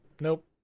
Nope